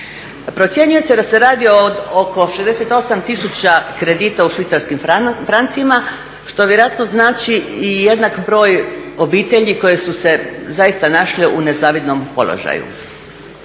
Procjenjuje se da se radi o oko 68 tisuća kredite u švicarskim francima što vjerojatno znači i jednak broj obitelji koje su se zaista našle u nezavidnom položaju.